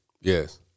Yes